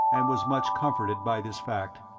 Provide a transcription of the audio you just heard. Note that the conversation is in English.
and was much comforted by this fact.